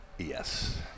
Yes